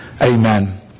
Amen